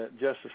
justice